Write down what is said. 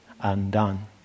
undone